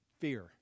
fear